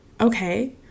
Okay